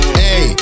hey